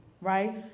right